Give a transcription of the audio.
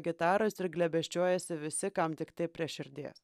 gitaros ir glėbesčiuojasi visi kam tiktai prie širdies